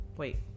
Wait